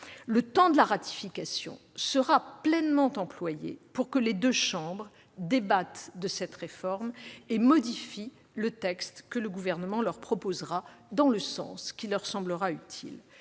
Le temps de la ratification sera pleinement employé pour que les deux chambres débattent de cette réforme et modifient le texte que le Gouvernement leur proposera, dans le sens qui leur semblera utile.